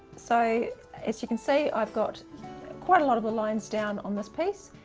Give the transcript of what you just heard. so as you can see i've got quite a lot of lines down on this piece.